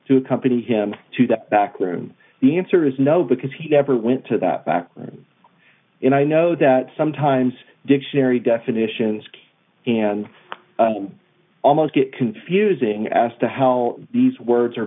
accompany him to the back room the answer is no because he never went to that and i know that sometimes dictionary definitions and almost get confusing as to how these words are